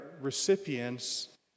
recipients